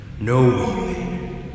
no